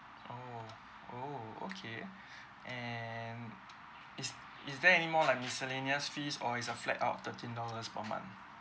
oh oh okay and is is there any more like miscellaneous fees or is a flat out thirteen dollars per month